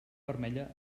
vermella